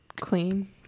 queen